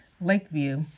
Lakeview